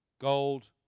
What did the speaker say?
Gold